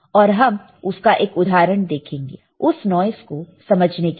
और हम उसका एक उदाहरण देखेंगे उस नॉइस को समझने के लिए